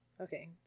Okay